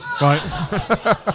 Right